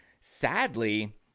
sadly